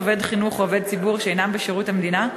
עובד חינוך או עובד שירות שאינם עובדי מדינה,